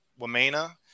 wamena